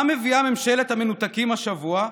מה מביאה ממשלת המנותקים השבוע?